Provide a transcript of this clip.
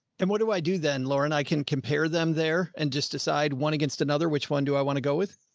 what do i do? then lauren, i can compare them there and just decide one against another. which one do i want to go with?